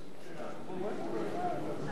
מי נגד, נא להצביע.